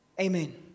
Amen